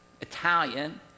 Italian